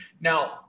Now